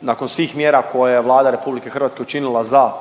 nakon svih mjera koje je Vlada RH učinila za